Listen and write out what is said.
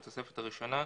בתוספת הראשונה,